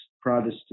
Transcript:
Protestant